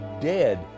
dead